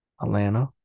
Atlanta